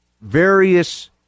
various